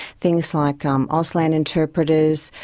things like um auslan interpreters,